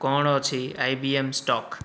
କ'ଣ ଅଛି I B M stock